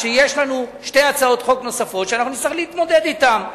שיש לנו שתי הצעות חוק נוספות שנצטרך להתמודד אתן.